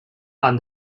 are